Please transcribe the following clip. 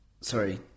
sorry